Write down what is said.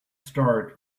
start